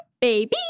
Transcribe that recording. baby